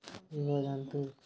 ଜୀବଜନ୍ତୁ